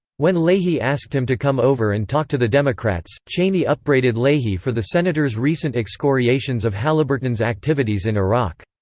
when leahy asked him to come over and talk to the democrats, cheney upbraided leahy for the senator's recent excoriations of halliburton's activities in iraq.